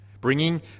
bringing